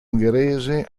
ungherese